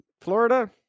Florida